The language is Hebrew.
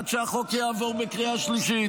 עד שהחוק יעבור בקריאה שלישית.